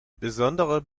besondere